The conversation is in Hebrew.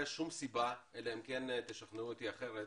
שום סיבה אלא אם כן תשכנעו אותי אחרת